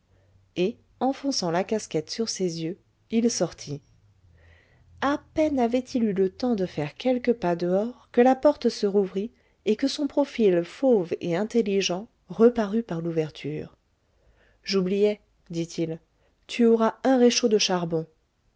et enfonçant la casquette sur ses yeux il sortit à peine avait-il eu le temps de faire quelques pas dehors que la porte se rouvrit et que son profil fauve et intelligent reparut par l'ouverture j'oubliais dit-il tu auras un réchaud de charbon